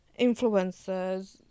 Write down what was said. influencers